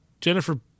Jennifer